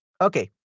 Okay